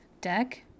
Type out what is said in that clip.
deck